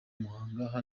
muhanga